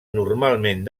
normalment